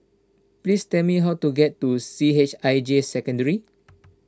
please tell me how to get to C H I J Secondary